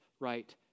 Right